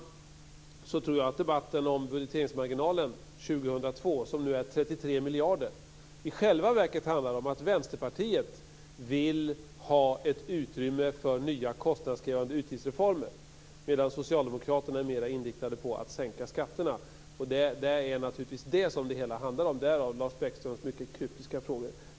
Jag tror att debatten om budgeteringsmarginalen år 2002, som nu är 33 miljarder, i själva verket handlar om att Vänsterpartiet vill ha ett utrymme för nya kostnadskrävande utgiftsreformer, medan socialdemokraterna mera är inriktade på att sänka skatterna. Det är naturligtvis det som det hela handlar om - därav Lars Bäckströms mycket kryptiska frågor.